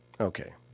Okay